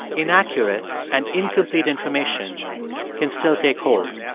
inaccurate and incomplete information can still take hold.